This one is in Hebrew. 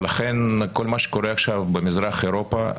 לכן כל מה שקורה עכשיו במזרח אירופה,